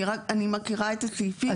אני מכירה את הסעיפים.